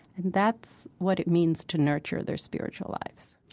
and that's what it means to nurture their spiritual lives